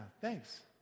thanks